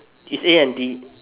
it's A N D